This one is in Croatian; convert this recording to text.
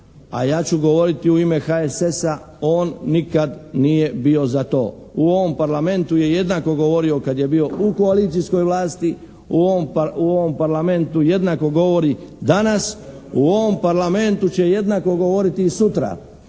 a ja ću govoriti u ime HSS-a, on nikad nije bio za to. U ovom Parlamentu je jednako govorio kad je bio u koalicijskoj vlasti, u ovom Parlamentu jednako govori danas, u ovom parlamentu će jednako govoriti i sutra.